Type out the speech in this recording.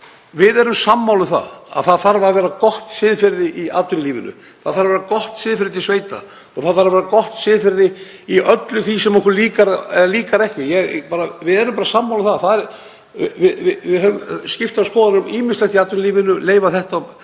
þá erum sammála um að það þarf að vera gott siðferði í atvinnulífinu. Það þarf að vera gott siðferði til sveita og það þarf að vera gott siðferði í öllu því sem okkur líkar ekki. Við erum bara sammála um það. Það eru skiptar skoðanir um ýmislegt í atvinnulífinu, að leyfa hitt og